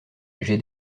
j’ai